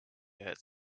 had